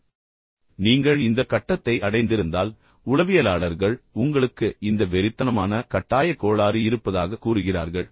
இப்போது நீங்கள் இந்த கட்டத்தை அடைந்திருந்தால் உளவியலாளர்கள் உங்களுக்கு ஏற்கனவே இந்த வெறித்தனமான கட்டாயக் கோளாறு இருப்பதாகக் கூறுகிறார்கள்